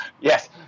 Yes